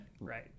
Right